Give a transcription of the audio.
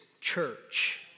church